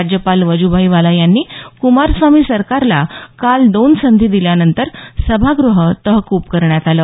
राज्यपाल वजुभाई वाला यांनी कुमारस्वामी सरकारला काल दोन संधी दिल्यानंतर सभागृह तहकुब करण्यात आले